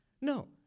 No